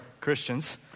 Christians